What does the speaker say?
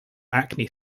acne